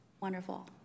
Wonderful